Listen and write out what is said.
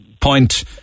point